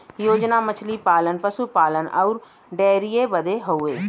योजना मछली पालन, पसु पालन अउर डेयरीए बदे हउवे